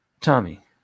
Tommy